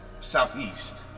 southeast